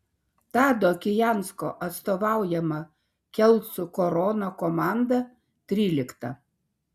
tado kijansko atstovaujama kelcų korona komanda trylikta